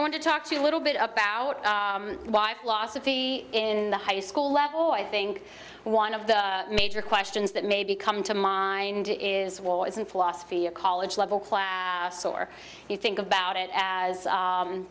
i want to talk to you a little bit about why philosophy in the high school level i think one of the major questions that maybe come to mind is what is in philosophy a college level class or you think about it as